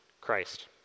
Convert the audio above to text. Christ